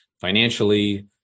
financially